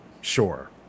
Sure